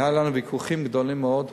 היו לנו ויכוחים גדולים מאוד,